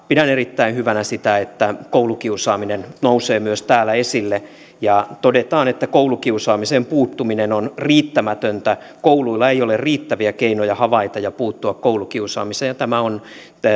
pidän erittäin hyvänä sitä että koulukiusaaminen nousee myös täällä esille ja todetaan että koulukiusaamiseen puuttuminen on riittämätöntä ja että kouluilla ei ole riittäviä keinoja havaita koulukiusaamista ja puuttua siihen tämä on